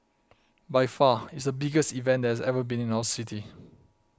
by far it's the biggest event that has ever been in our city